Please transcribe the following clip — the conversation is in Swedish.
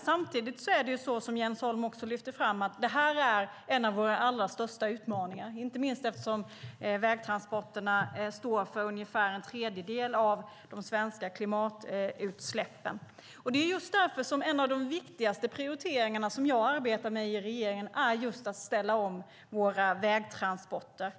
Samtidigt är det här en av våra allra största utmaningar, som Jens Holm också lyfter fram, inte minst eftersom vägtransporterna står för ungefär en tredjedel av de svenska klimatutsläppen. Det är just därför som en av de viktigaste prioriteringarna som jag arbetar med i regeringen är att ställa om våra vägtransporter.